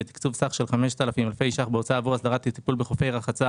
ותקצוב סך של 5,000 אלפי ש"ח בהוצאה עבור הסדרת הטיפול בחופי רחצה